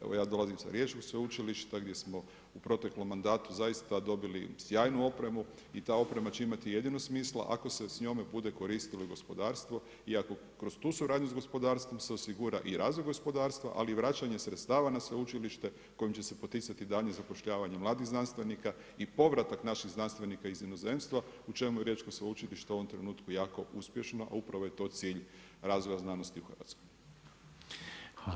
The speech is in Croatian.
Evo ja dolazim sa riječkog sveučilišta gdje smo u proteklom mandatu zaista dobili sjajnu opremu i ta oprema će imati jedino smisla ako se s njome bude koristilo gospodarstvo i ako kroz tu suradnju sa gospodarstvom se osigura i razvoj gospodarstva ali i vraćanje sredstava na sveučilište kojim će se poticati daljnje zapošljavanje mladih znanstvenika, i povratak naših znanstvenika iz inozemstva u čemu je riječko sveučilište u ovom trenutku jako uspješno, a upravo je to cilj razvoja znanosti u Hrvatskoj.